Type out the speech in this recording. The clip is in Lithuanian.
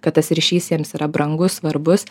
kad tas ryšys jiems yra brangus svarbus